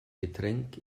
getränk